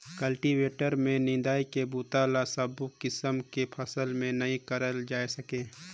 cultivator में निंदई के बूता ल सबो किसम के फसल में नइ करल जाए सके